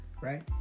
right